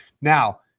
Now